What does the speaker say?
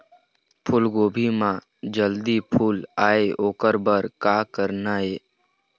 फूलगोभी म जल्दी फूल आय ओकर बर का करना ये?